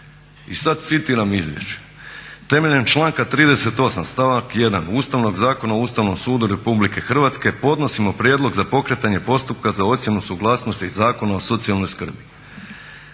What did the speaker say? I sada citiram izvješće: "Temeljem članka 38, stavak 1. Ustavnog zakona o Ustavnom sudu Republike Hrvatske podnosimo prijedlog za pokretanje postupka za ocjenu suglasnosti iz Zakona o socijalnoj skrbi.